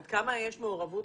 עד כמה יש מעורבות?